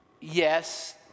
yes